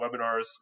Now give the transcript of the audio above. webinars